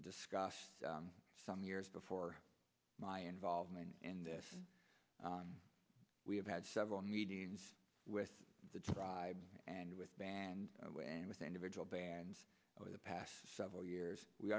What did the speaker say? discussed some years before my involvement in this we have had several meetings with the tribe and with band and with individual bands over the past several years we